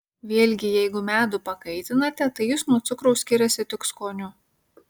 vėlgi jeigu medų pakaitinate tai jis nuo cukraus skiriasi tik skoniu